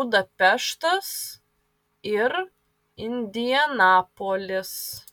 budapeštas ir indianapolis